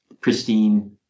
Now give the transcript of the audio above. pristine